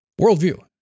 Worldview